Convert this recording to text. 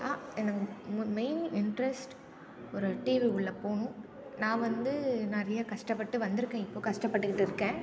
என்னங்க ம் main interest ஒரு டிவி உள்ள போகணும் நான் வந்து நிறைய கஷ்டப்பட்டு வந்துருக்கேன் இப்போ கஷ்டப்பட்டுக்கிட்டு இருக்கேன்